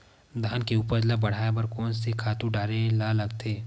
धान के उपज ल बढ़ाये बर कोन से खातु डारेल लगथे?